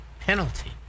penalty